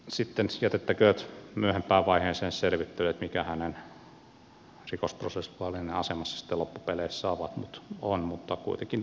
sitten jätettäköön myöhempään vaiheeseen selvittely mikä hänen rikosprosessuaalinen asemansa sitten loppupeleissä on mutta kuitenkin asia tutkitaan hyvin